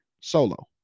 solo